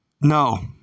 No